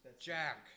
Jack